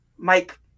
Mike